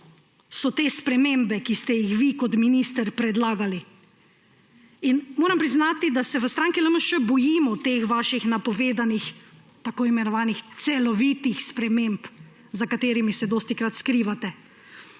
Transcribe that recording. so te spremembe, ki ste jih vi kot minister predlagali. Moram priznati, da se v stranki LMŠ bojimo teh vaših napovedanih tako imenovanih celovitih sprememb, za katerimi se dostikrat skrivate.